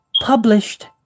published